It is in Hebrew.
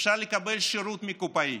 אפשר לקבל שירות מקופאי.